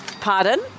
Pardon